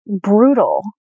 brutal